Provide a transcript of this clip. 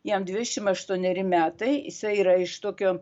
jam dvidešim aštuoneri metai jisai yra iš tokio